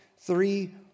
three